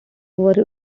more